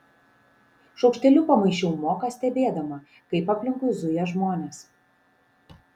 šaukšteliu pamaišiau moką stebėdama kaip aplinkui zuja žmonės